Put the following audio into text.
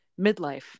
midlife